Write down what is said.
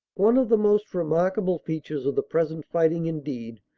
one of the most remarkable features of the present fighting, indeed,